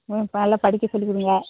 ம் இப்போ நல்லா படிக்க சொல்லிக் கொடுங்க